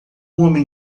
homem